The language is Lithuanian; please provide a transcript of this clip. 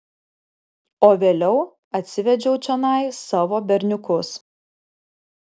o vėliau atsivedžiau čionai savo berniukus